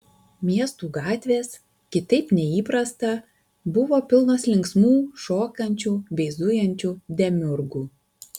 miestų gatvės kitaip nei įprasta buvo pilnos linksmų šokančių bei zujančių demiurgų